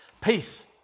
Peace